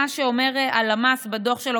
מה שאומר הלמ"ס בדוח שלו,